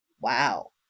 Wow